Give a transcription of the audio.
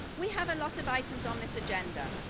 we have a lot of items on this agenda,